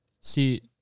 See